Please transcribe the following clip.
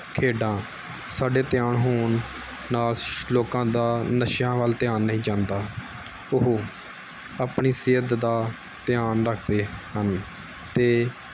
ਖੇਡਾਂ ਸਾਡੇ ਧਿਆਨ ਹੋਣ ਨਾਲ ਲੋਕਾਂ ਦਾ ਨਸ਼ਿਆਂ ਵੱਲ ਧਿਆਨ ਨਹੀਂ ਜਾਂਦਾ ਉਹ ਆਪਣੀ ਸਿਹਤ ਦਾ ਧਿਆਨ ਰੱਖਦੇ ਹਨ ਅਤੇ